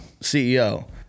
CEO